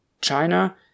China